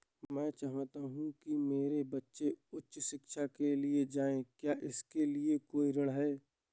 मैं चाहता हूँ कि मेरे बच्चे उच्च शिक्षा के लिए जाएं क्या इसके लिए कोई ऋण है?